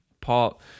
Paul